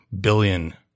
billion